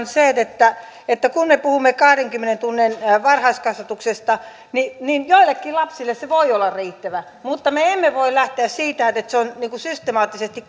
se että että kun me puhumme kahdenkymmenen tunnin varhaiskasvatuksesta niin niin joillekin lapsille se voi olla riittävä mutta me emme voi lähteä siitä että että se on systemaattisesti